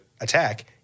attack